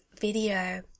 video